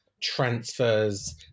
transfers